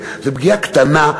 זו פגיעה קטנה,